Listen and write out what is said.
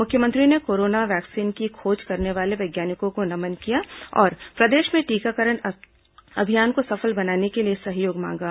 मुख्यमंत्री ने corona vaccine की खोज करने वाले वैज्ञानिकों को नमन किया और प्रदेश में टीकाकरण अभियान सफल बनाने के लिए सहयोग मांगा